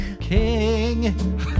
king